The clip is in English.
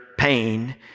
pain